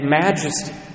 majesty